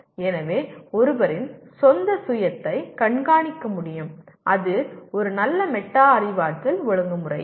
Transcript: எனவே ஒருவரின் சொந்த சுயத்தை கண்காணிக்க முடியும் அது ஒரு நல்ல மெட்டா அறிவாற்றல் ஒழுங்குமுறை